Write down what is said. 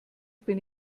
bin